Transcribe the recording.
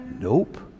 Nope